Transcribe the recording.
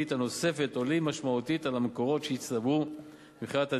הנוספת עולים משמעותית על המקורות שהצטברו ממכירת הדיור.